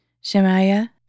Shemaiah